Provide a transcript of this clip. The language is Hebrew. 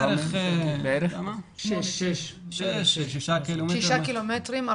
בערך שישה קילומטרים.